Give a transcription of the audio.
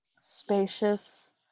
Spacious